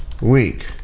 week